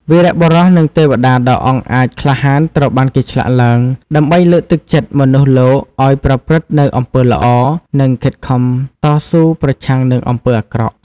វីរបុរស និងទេវតាដ៏អង់អាចក្លាហានត្រូវបានគេឆ្លាក់ឡើង ដើម្បីលើកទឹកចិត្តមនុស្សលោកឲ្យប្រព្រឹត្តនូវអំពើល្អ និងខិតខំតស៊ូប្រឆាំងនឹងអំពើអាក្រក់។